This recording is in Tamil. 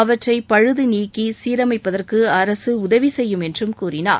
அவற்றை பழுது நீக்கி சீரமைப்பதற்கு அரசு உதவிசெய்யும் என்றும் கூறினார்